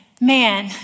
Man